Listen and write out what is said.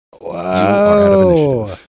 Wow